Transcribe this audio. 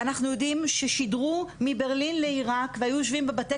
אנחנו יודעים ששדרו מברלין לעירק והיו יושבים בבתי